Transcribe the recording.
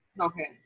Okay